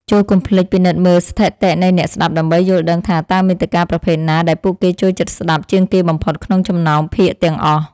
ចូរកុំភ្លេចពិនិត្យមើលស្ថិតិនៃអ្នកស្តាប់ដើម្បីយល់ដឹងថា តើមាតិកាប្រភេទណាដែលពួកគេចូលចិត្តស្តាប់ជាងគេបំផុតក្នុងចំណោមភាគទាំងអស់។